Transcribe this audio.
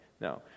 No